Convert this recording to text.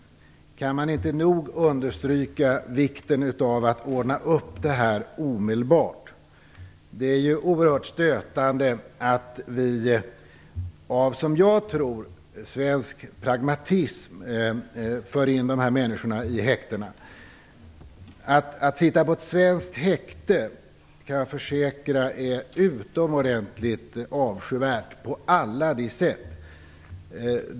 Man kan inte nog understryka vikten av att ordna upp det här omedelbart. Det är oerhört stötande att vi på grund av, som jag tror, svensk pragmatism sätter dessa människor i häkte. Att sitta i ett svenskt häkte kan jag försäkra är ytterst avskyvärt på alla sätt.